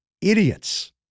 idiots